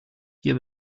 hier